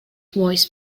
voice